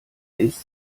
ist